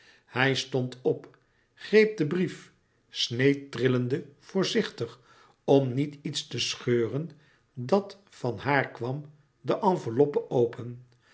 hij stond op greep den brief sneed trillende voorzichtig om niet iets te scheuren dat van haar kwam de enveloppe open